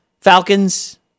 Falcons